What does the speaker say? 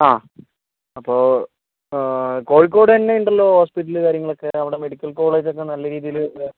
ആ അപ്പോൾ ആ കോഴിക്കോട് തന്നെയുണ്ടലോ ഹോസ്പിറ്റല് കാര്യങ്ങളൊക്ക അവിടെ മെഡിക്കൽ കോളേജൊക്കെ നല്ല രീതിയിൽ